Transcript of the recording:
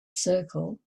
circle